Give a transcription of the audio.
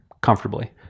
comfortably